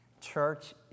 Church